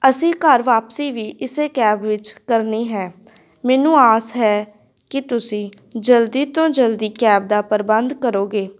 ਅਸੀਂ ਘਰ ਵਾਪਸੀ ਵੀ ਇਸੇ ਕੈਬ ਵਿੱਚ ਕਰਨੀ ਹੈ ਮੈਨੂੰ ਆਸ ਹੈ ਕਿ ਤੁਸੀਂ ਜਲਦੀ ਤੋਂ ਜਲਦੀ ਕੈਬ ਦਾ ਪ੍ਰਬੰਧ ਕਰੋਗੇ